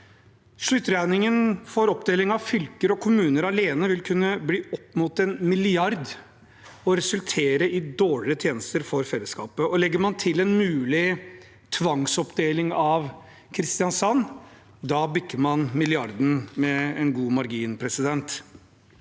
Sluttregningen for oppdelingen av fylker og kommuner alene vil kunne bli opp mot 1 mrd. kr og resultere i dårligere tjenester for fellesskapet. Legger man til en mulig tvangsoppdeling av Kristiansand, bikker man milliarden med god margin. Det